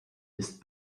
ist